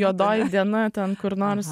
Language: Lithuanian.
juodoji diena ten kur nors